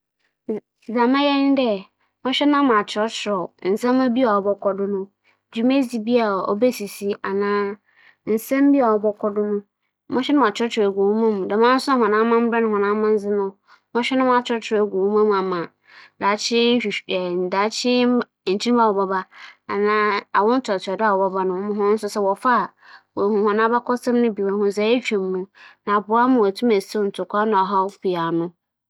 Sɛ mutum tu kwan kͻ mfe apem a ebotwa mu a, adze a mebɛyɛ nye dɛ, medze hͻn afadze bͻtoto dza minyim no wͻ ndɛ mber yi afadze a yɛ wͻ no ho. ͻtͻ do ebien, mobͻhwɛ mbrɛ wosi wͻyɛ hͻn edziban si fa na kwan a wͻfa do kyɛ nsa ma hͻn ho na kwan a wͻfa do dzi nkitsaho, ne nyinara mobͻhwɛ.